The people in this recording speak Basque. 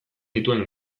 dituen